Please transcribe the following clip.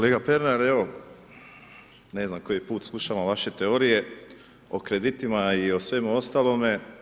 Kolega Pernar, evo, ne znam koji put slušao vaše teorije o kreditima i o svemu ostalome.